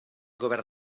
govern